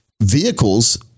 vehicles